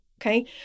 okay